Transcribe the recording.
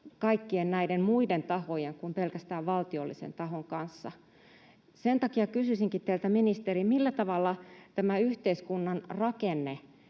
kaikkien näiden muiden tahojen kuin pelkästään valtiollisen tahon kanssa. Kysyisinkin teiltä, ministeri: millä tavalla tämä yhteiskunnan rakenne